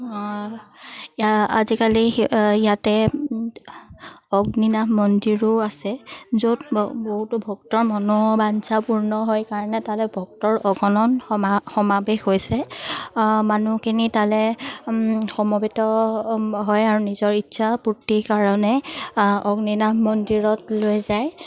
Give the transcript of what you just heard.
আজিকালি ইয়াতে অগ্নিনাথ মন্দিৰো আছে য'ত ব বহুতো ভক্তৰ মনোবাঞ্ছা পূৰ্ণ হয় কাৰণে তালৈ ভক্তৰ অগণন সমা সমাৱেশ হৈছে মানুহখিনি তালৈ সমবেত হয় আৰু নিজৰ ইচ্ছা পূৰ্তিৰ কাৰণে অগ্নিনাথ মন্দিৰত লৈ যায়